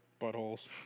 Buttholes